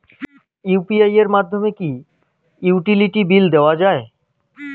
UPI এর মাধ্যমে কি ইউটিলিটি বিল দেওয়া যায়?